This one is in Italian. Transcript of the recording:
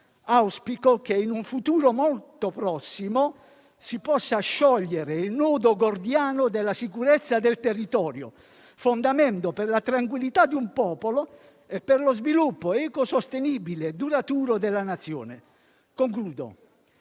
Auspico che in un futuro molto prossimo si possa sciogliere il nodo gordiano della sicurezza del territorio, fondamento per la tranquillità di un popolo e per lo sviluppo ecosostenibile e duraturo della Nazione. Penso,